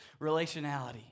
relationality